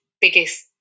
biggest